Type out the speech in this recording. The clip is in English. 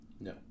No